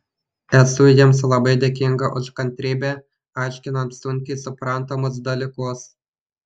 esu jiems labai dėkinga už kantrybę aiškinant sunkiai suprantamus dalykus